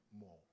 more